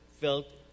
felt